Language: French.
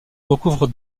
recouvre